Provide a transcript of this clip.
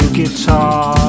guitar